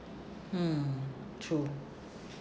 mm true